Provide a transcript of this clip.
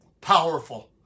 Powerful